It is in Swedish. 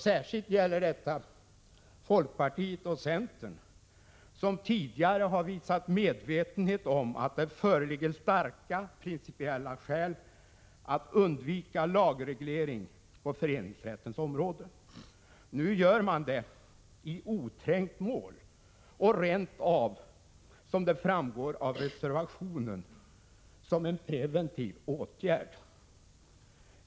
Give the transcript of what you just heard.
Särskilt gäller detta folkpartiet och centern, som tidigare har visat medvetenhet om att det föreligger starka principiella skäl att undvika lagreglering på föreningsrättens område. Nu kräver man lagstiftning i oträngt mål och rent av, som framgår av reservationen, som en preventiv åtgärd.